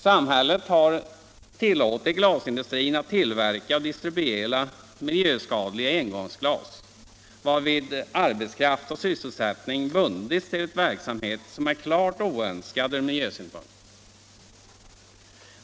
Samhället har tillåtit glasindustrin att tillverka och distribuera miljöskadliga engångsglas, varvid arbetskraft och sysselsättning bundits till en verksamhet som är klart oönskad ur miljösynpunkt.